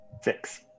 Six